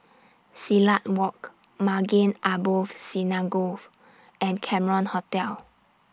Silat Walk Maghain Aboth Synagogue and Cameron Hotel